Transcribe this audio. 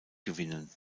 gewinnen